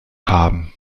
haben